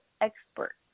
expert